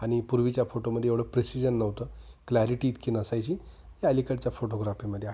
आणि पूर्वीच्या फोटोमध्ये एवढं प्रिसिजन नव्हतं क्लॅरिटी इतकी नसायची या अलीकडच्या फोटोग्राफीमध्ये आहे